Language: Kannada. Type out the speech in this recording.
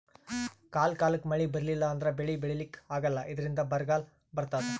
ಕಾಲ್ ಕಾಲಕ್ಕ್ ಮಳಿ ಬರ್ಲಿಲ್ಲ ಅಂದ್ರ ಬೆಳಿ ಬೆಳಿಲಿಕ್ಕ್ ಆಗಲ್ಲ ಇದ್ರಿಂದ್ ಬರ್ಗಾಲ್ ಬರ್ತದ್